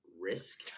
risk